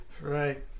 Right